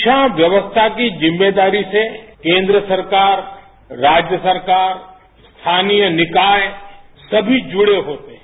शिक्षा व्यवस्था की जिम्मेदारी से केंद्र सरकार राज्य सरकार स्थानीय निकाय सभी जुड़े होते हैं